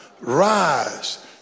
rise